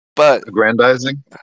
Aggrandizing